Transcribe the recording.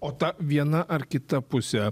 o ta viena ar kita pusė